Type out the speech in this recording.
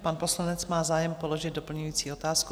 Pan poslanec má zájem položit doplňující otázku.